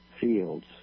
fields